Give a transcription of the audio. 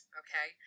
okay